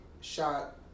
shot